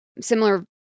similar